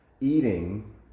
eating